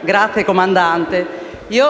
Grazie comandante!